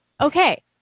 Okay